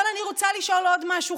אבל אני רוצה לשאול עוד משהו,